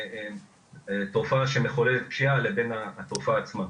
תופעה שמחוללת פשיעה לבין התופעה עצמה.